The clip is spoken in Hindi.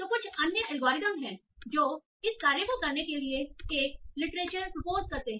तो कुछ अन्य एल्गोरिदम हैं जो इस कार्य को करने के लिए एक लिटरेचर प्रपोज करते हैं